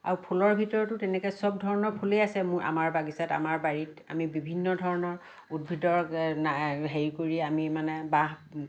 আৰু ফুলৰ ভিতৰতো তেনেকৈ চব ধৰণৰ ফুলেই আছে মোৰ আমাৰ বাগিচাত আমাৰ বাৰীত বিভিন্ন ধৰণৰ উদ্ভিদৰ হেৰি কৰি আমি মানে বাঁহ